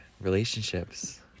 relationships